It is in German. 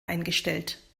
eingestellt